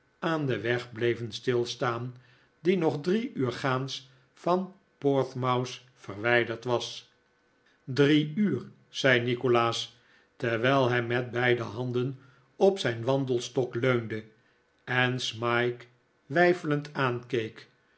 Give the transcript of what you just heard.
aan den weg bleven stilstaan die nog drie uur gaans van portsmouth verwijderd was drie uur zei nikolaas terwijl hij met beide handen op zijn wandelstok leunde en smike weifelend aankeek